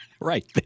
right